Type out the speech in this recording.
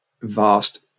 vast